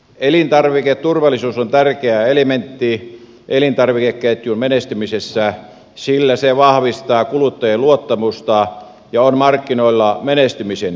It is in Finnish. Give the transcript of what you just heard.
elintarviketurvallisuus on tärkeä elementti elintarvikeketjun menestymisessä sillä se vahvistaa kuluttajien luottamusta ja on markkinoilla menestymisen edellytys